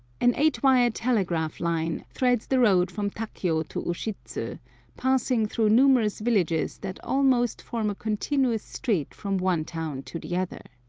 an eight-wire telegraph line threads the road from takio to ushidzu, passing through numerous villages that almost form a continuous street from one town to the other.